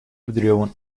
bedriuwen